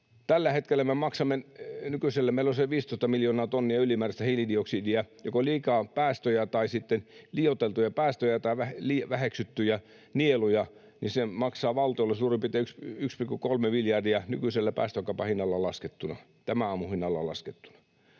Tällä hetkellä me maksamme... Nykyisellään meillä on se 15 miljoonaa tonnia ylimääräistä hiilidioksidia, on joko liioiteltuja päästöjä tai väheksyttyjä nieluja, ja se maksaa valtiolle suurin piirtein 1,3 miljardia nykyisellä päästökaupan hinnalla laskettuna, tämän aamun hinnalla laskettuna.